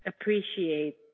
appreciate